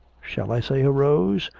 shall i say a rose?